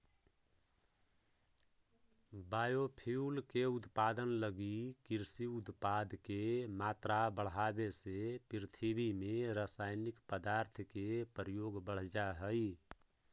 biofuel के उत्पादन लगी कृषि उत्पाद के मात्रा बढ़ावे से पृथ्वी में रसायनिक पदार्थ के प्रयोग बढ़ जा हई